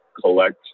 collect